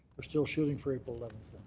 still shooting for april eleventh.